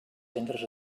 centres